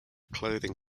clothing